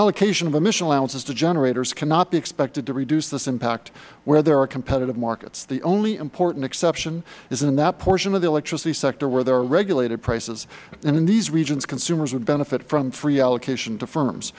allocation of emission allowances to generators cannot be expected to reduce this impact where there are competitive markets the only important exception is in that portion of the electricity sector where there are regulated prices and in these regions consumers would benefit from free allocation to firms